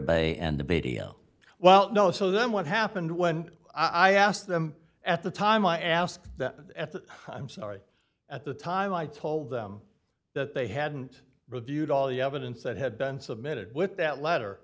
bay and the b t o well no so then what happened when i asked them at the time i asked that i'm sorry at the time i told them that they hadn't reviewed all the evidence that had been submitted with that letter